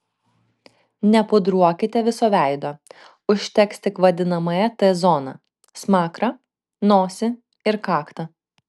nepudruokite viso veido užteks tik vadinamąją t zoną smakrą nosį ir kaktą